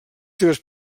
seves